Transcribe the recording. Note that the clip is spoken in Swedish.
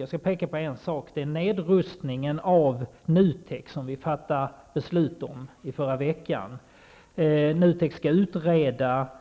Jag skall peka på en, nämligen nedrustningen av NUTEK som vi fattade beslut om i förra veckan. NUTEK skall